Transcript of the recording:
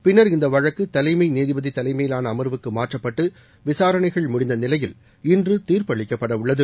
பின்னர் இந்த வழக்கு தலைமை நீதிபதி தலைமையிலான அமர்வுக்கு மாற்றப்பட்டு விசாரணைகள் முடிந்தநிலையில் இன்று தீர்ப்பளிக்கப்படவுள்ளது